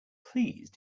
please